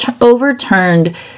overturned